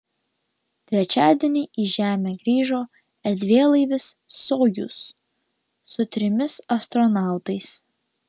trečiadienį į žemę grįžo erdvėlaivis sojuz su trimis astronautais